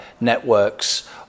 networks